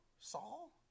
Saul